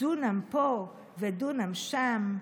"דונם פה ודונם שם,